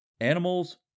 animals